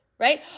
Right